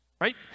right